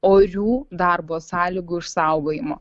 orių darbo sąlygų išsaugojimo